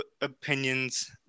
opinions